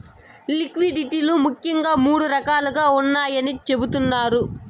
liquidity లు ముఖ్యంగా మూడు రకాలుగా ఉన్నాయని చెబుతున్నారు